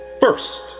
first